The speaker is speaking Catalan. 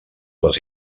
les